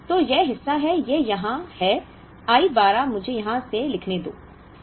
तो यह हिस्सा है यह यहाँ है I 12 मुझे यहाँ से लिखने दो